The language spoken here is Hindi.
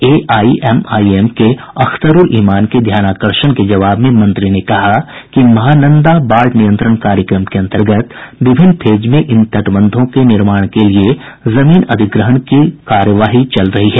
एआईएमआईएम के अख्तरूल इमान के ध्यानाकर्षण के जबाव में मंत्री ने कहा कि महानंदा बाढ़ नियंत्रण कार्यक्रम के अंतर्गत विभिन्न फेज में इन तटबंधों के निर्माण के लिए जमीन अधिग्रहण की कार्यवाही चल रही है